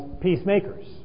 peacemakers